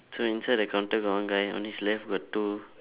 so inside the counter got one guy on his left got two